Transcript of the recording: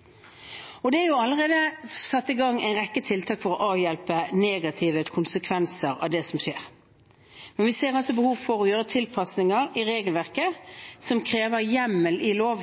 og store ting. Det er allerede satt i gang en rekke tiltak for å avhjelpe negative konsekvenser av det som skjer, men vi ser behov for å gjøre tilpasninger i regelverket som krever hjemmel i lov,